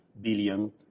billion